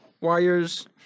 wires